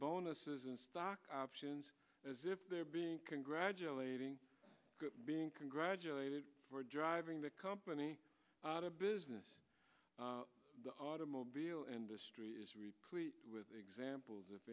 bonuses and stock options as if they're being congratulating being congratulated for driving the company out of business the automobile industry is replete with examples if